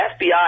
FBI